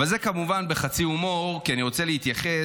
אבל זה כמובן בחצי הומור, כי אני רוצה להתייחס.